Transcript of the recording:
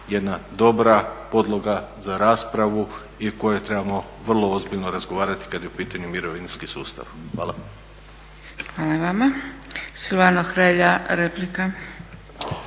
jedna dobra podloga za raspravu o kojoj trebamo vrlo ozbiljno razgovarati kada je u pitanju mirovinski sustav. Hvala. **Zgrebec, Dragica (SDP)** Hvala vama. Silvano Hrelja, replika.